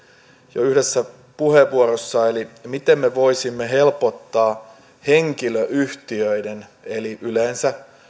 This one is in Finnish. jo yhdessä puheenvuorossa eli sen miten me voisimme helpottaa henkilöyhtiöiden eli yleensä